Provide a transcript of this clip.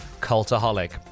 cultaholic